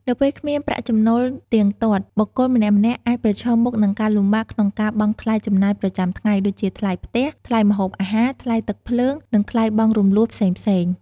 នៅពេលគ្មានប្រាក់ចំណូលទៀងទាត់ បុគ្គលម្នាក់ៗអាចប្រឈមមុខនឹងការលំបាកក្នុងការបង់ថ្លៃចំណាយប្រចាំថ្ងៃ ដូចជាថ្លៃផ្ទះ ថ្លៃម្ហូបអាហារ ថ្លៃទឹកភ្លើង និងថ្លៃបង់រំលស់ផ្សេងៗ។